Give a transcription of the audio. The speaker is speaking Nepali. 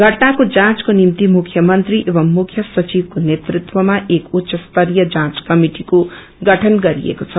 घटनाको जाँचको निम्ति मुख्यमन्त्री एवमु मुख्य सधिकको नेतृत्वमा एक उच्च स्तरिय जाँच कमिटिको गठन गरिएको छ